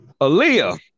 Aaliyah